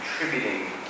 contributing